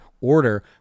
order